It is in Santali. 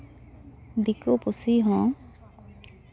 ᱫᱤᱠᱩ ᱯᱩᱥᱤ ᱦᱚᱸ